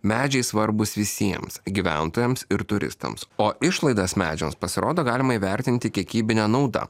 medžiai svarbūs visiems gyventojams ir turistams o išlaidas medžiams pasirodo galima įvertinti kiekybine nauda